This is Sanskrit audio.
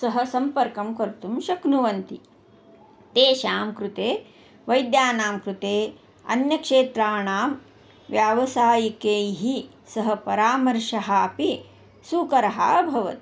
सः सम्पर्कं कर्तुं शक्नुवन्ति तेषां कृते वैद्यानां कृते अन्यक्षेत्राणां व्यावसायिकैः सः परामर्शः अपि सुकरः अभवत्